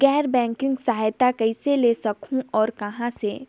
गैर बैंकिंग सहायता कइसे ले सकहुं और कहाँ से?